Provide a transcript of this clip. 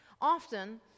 Often